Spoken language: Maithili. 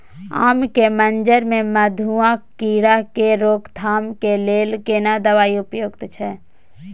आम के मंजर में मधुआ कीरा के रोकथाम के लेल केना दवाई उपयुक्त छै?